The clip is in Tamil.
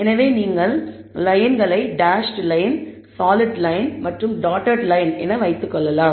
எனவே நீங்கள் லயன்களை டேஸ்ட் லயன் சாலிட் லயன்solid line மற்றும் டாட்டட் லயன்dotted line என வைத்துக்கொள்ளலாம்